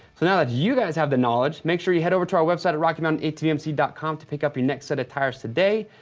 so now that you guys have the knowledge, make sure you head over to our website at rockymountainatvmc dot com to pick up your next set of tires today.